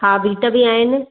हा बीट बि आहिनि